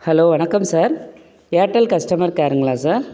hello வணக்கம் sir Airtel customer கேருங்களா sir